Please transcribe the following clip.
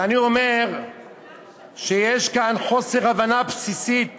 ואני אומר שיש כאן חוסר הבנה בסיסית